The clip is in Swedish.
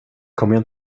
kommer